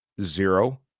zero